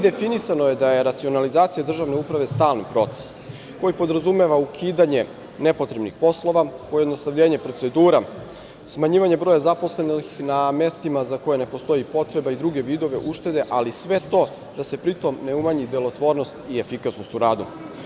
Definisano je da je racionalizacija državne uprave stalni proces, koji podrazumeva ukidanje nepotrebnih poslova, pojednostavljenje procedura, smanjivanje broja zaposlenih na mestima za koje ne postoji potreba i druge vidove uštede, ali sve to da se pri tom ne umanji delotvornost i efikasnost u radu.